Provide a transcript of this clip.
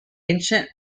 ancient